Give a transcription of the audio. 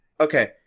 okay